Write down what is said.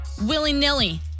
willy-nilly